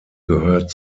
gehört